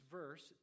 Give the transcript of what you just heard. verse